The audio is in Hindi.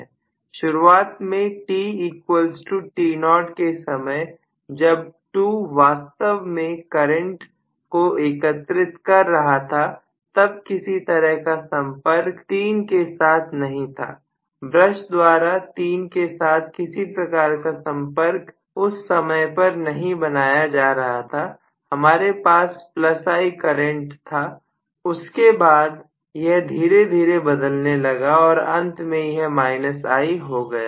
शुरुआत में tt0 के समय जब 2 वास्तव में करंट को एकत्रित कर रहा था तब किसी तरह का संपर्क 3 के साथ नहीं था ब्रश द्वारा 3 के साथ किसी प्रकार का संपर्क उस समय पर नहीं बनाया जा रहा था हमारे पास I करंट था उसके बाद यह धीरे धीरे बदलने लगा और अंत में यह I हो गया